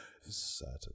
Satan